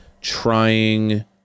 trying